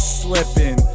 slipping